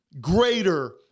greater